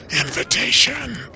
invitation